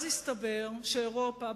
אז הסתבר שאירופה,